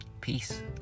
Peace